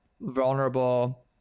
vulnerable